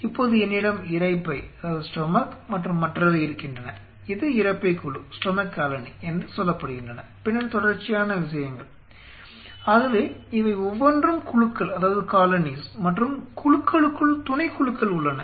இப்போது என்னிடம் இரைப்பை மற்றும் மற்றவை இருக்கின்றன இது இரைப்பை குழு என்று சொல்லப்படுகின்றன பின்னர் தொடர்ச்சியான விஷயங்கள் ஆகவே இவை ஒவ்வொன்றும் குழுக்கள் மற்றும் குழுக்களுக்குள் துணைக்குழுக்கள் உள்ளன